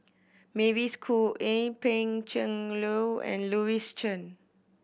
Mavis Khoo Oei Pan Cheng Lui and Louis Chen